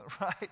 Right